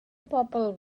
bobl